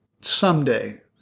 someday